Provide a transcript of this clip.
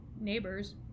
Neighbors